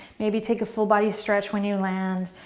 maybe take a full body stretch when you land.